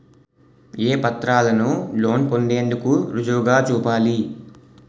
ఏ పత్రాలను లోన్ పొందేందుకు రుజువుగా చూపాలి?